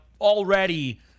already